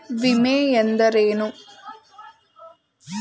ವಿಮೆ ಎಂದರೇನು?